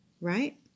right